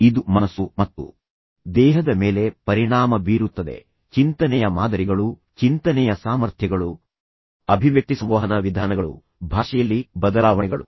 ಇದು ಮನಸ್ಸು ಮತ್ತು ದೇಹದ ಮೇಲೆ ಪರಿಣಾಮ ಬೀರುತ್ತದೆ ಚಿಂತನೆಯ ಮಾದರಿಗಳು ಚಿಂತನೆಯ ಸಾಮರ್ಥ್ಯಗಳು ಅಭಿವ್ಯಕ್ತಿಸಂವಹನ ವಿಧಾನಗಳು ಭಾಷೆಯಲ್ಲಿ ಬದಲಾವಣೆಗಳು